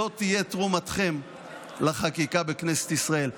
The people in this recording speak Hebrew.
זאת תהיה תרומתכם לחקיקה בכנסת ישראל,